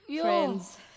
friends